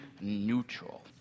neutral